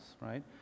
right